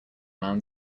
man